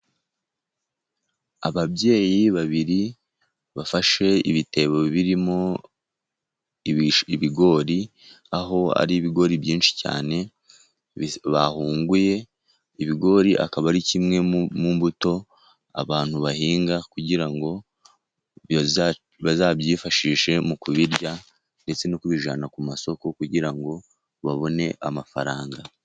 Ababyeyi babiri bafashe ibitebo birimo ibigori, aho ari ibigori byinshi cyane bahunguye, ibigori akaba ari kimwe mu mbuto abantu bahinga, kugira ngo bazabyifashishe mu kubirya, ndetse no kubijyana ku masoko kugira ngo babone amafaranga.